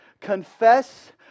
confess